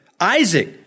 Isaac